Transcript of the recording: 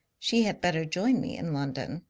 she had better join me in london.